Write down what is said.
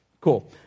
Cool